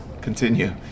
Continue